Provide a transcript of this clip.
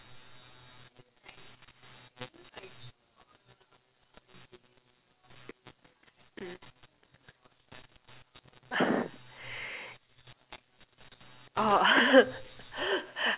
mm